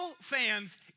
fans